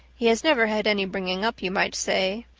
he has never had any bringing up you might say.